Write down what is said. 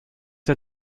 der